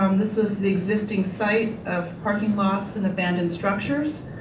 um this was the existing site of parking lots and abandoned structures.